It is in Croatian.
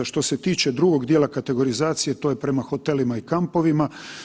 Što se tiče drugog dijela kategorizacije, to je prema hotelima i kampovima.